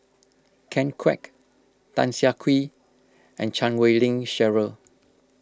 Ken Kwek Tan Siah Kwee and Chan Wei Ling Cheryl